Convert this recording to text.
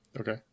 Okay